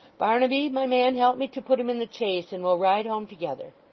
barnaby, my man, help me to put him in the chaise, and we'll ride home together